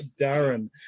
Darren